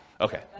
Okay